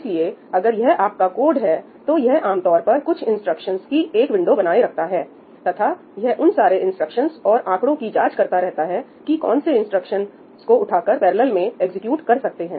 इसलिए अगर यह आपका कोड है तो यह आमतौर पर कुछ इंस्ट्रक्शंस की एक विंडो बनाए रखता है तथा यह उन सारे इंस्ट्रक्शंस और आंकड़ों की जांच करता रहता है की कौन से इंस्ट्रक्शंस को उठाकर पैरेलल में एग्जीक्यूट कर सकते हैं